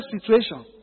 situation